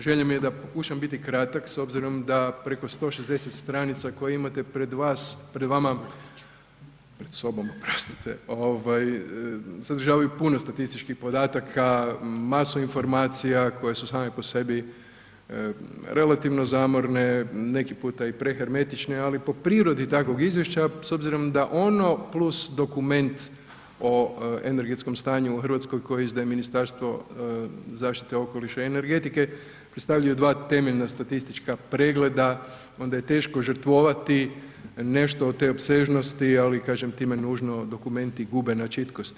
Želja mi je da pokušam biti kratak s obzirom da preko 160 stranica koje imate pred sobom sadržavaju puno statističkih podataka, masu informacija koje su same po sebi relativno zamorne, neki puta i prehermetične, ali po prirodi takvog izvješća s obzirom da ono plus dokument o energetskom stanju u Hrvatskoj koju izdaje Ministarstvo zaštite okoliša i energetike predstavljaju dva temeljna statistička pregleda onda je teško žrtvovati nešto od te opsežnosti ali kažem, time nužno dokumenti gube na čitkosti.